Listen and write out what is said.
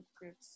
groups